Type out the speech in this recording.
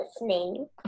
listening